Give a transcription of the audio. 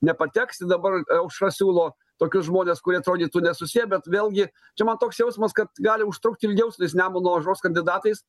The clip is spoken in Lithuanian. nepateks i dabar aušra siūlo tokius žmones kurie atrodytų nesusiję bet vėlgi čia man toks jausmas kad gali užtrukt ilgiau su tais nemuno aušros kandidatais